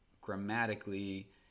grammatically